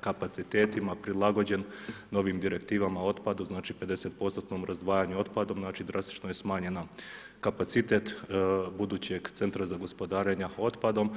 kapacitetima prilagođen novim direktivama otpadu 50%-nom razdvajanju otpada znači drastično je smanjeno kapacitet budućeg centra za gospodarenja otpadom.